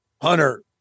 Hunter